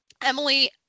emily